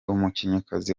umukinnyikazi